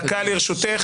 -- דיברו לעניין.